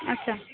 আচ্ছা